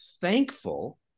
thankful